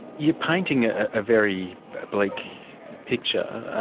you're painting a ah very bleak picture.